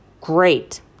Great